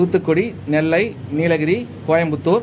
தாத்தங்குடி நெல்லை நீலகிடி கோபம்புத்தார்